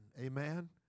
Amen